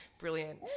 Brilliant